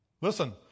Listen